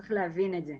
צריך להבין את זה.